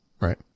right